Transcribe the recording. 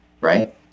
right